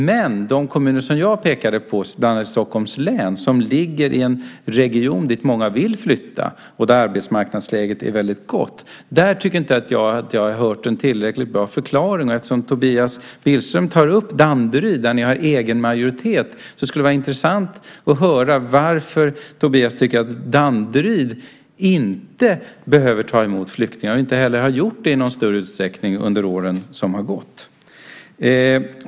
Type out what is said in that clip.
Men när det gäller de kommuner som jag pekade på, bland annat i Stockholms län, och som ligger i en region dit många vill flytta och där arbetsmarknadsläget är väldigt gott, tycker jag inte att jag har hört en tillräckligt bra förklaring. Och eftersom Tobias Billström tar upp Danderyd där Moderaterna har egen majoritet, skulle det vara intressant att höra varför Tobias Billström tycker att Danderyd inte behöver ta emot flyktingar och inte heller har gjort det i någon större utsträckning under åren som har gått.